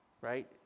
right